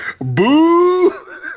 Boo